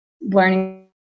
learning